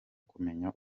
kumenya